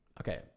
Okay